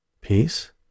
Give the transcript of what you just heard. Peace